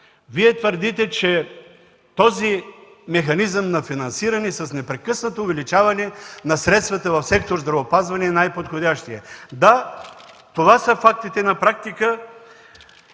Вие твърдите, че този механизъм на финансиране с непрекъснато увеличаване на средствата в сектор „Здравеопазване” е най-подходящият. Да, това са фактите на практика.